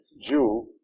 Jew